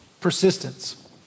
Persistence